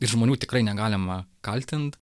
ir žmonių tikrai negalima kaltint